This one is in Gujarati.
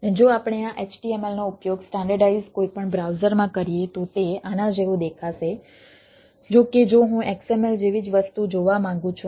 અને જો આપણે આ HTML નો ઉપયોગ સ્ટાન્ડર્ડઇઝ્ડ કોઈપણ બ્રાઉઝરમાં કરીએ તો તે આના જેવું દેખાશે જો કે જો હું XML જેવી જ વસ્તુ જોવા માંગું છું